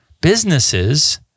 businesses